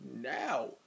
Now